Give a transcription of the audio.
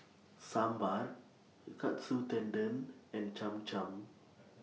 Sambar Katsu Tendon and Cham Cham